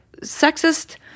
sexist